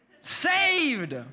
Saved